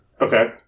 Okay